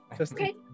Okay